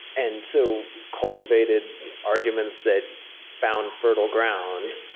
and so, cultivated arguments that found fertile ground.